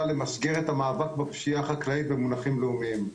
למסגר את המאבק בפשיעה החקלאית במונחים לאומיים,